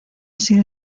sido